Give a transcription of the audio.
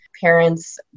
parents